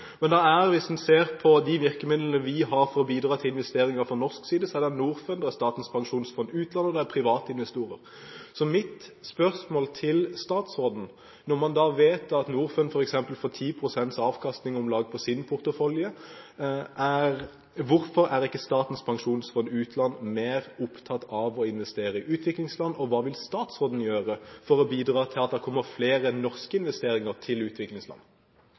Hvis en ser på de virkemidlene vi har for å bidra til investeringer fra norsk side, er det Norfund, Statens pensjonsfond utland og private investorer. Mitt spørsmål til statsråden er: Når man vet at f.eks. Norfund får om lag 10 pst. avkastning på sin portefølje, hvorfor er ikke Statens pensjonsfond utland mer opptatt av å investere i utviklingsland? Og hva vil statsråden gjøre for å bidra til at det kommer flere norske investeringer i utviklingsland?